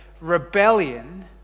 rebellion